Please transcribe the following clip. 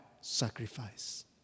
sacrifice